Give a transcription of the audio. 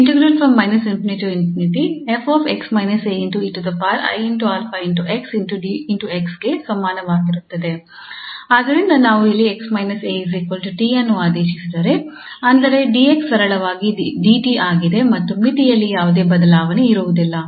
ಆದ್ದರಿಂದ ನಾವು ಇಲ್ಲಿ 𝑥 − 𝑎 𝑡 ಅನ್ನು ಆದೇಶಿಸಿದರೆ ಅಂದರೆ 𝑑𝑥 ಸರಳವಾಗಿ 𝑑𝑡 ಆಗಿದೆ ಮತ್ತು ಮಿತಿಯಲ್ಲಿ ಯಾವುದೇ ಬದಲಾವಣೆ ಇರುವುದಿಲ್ಲ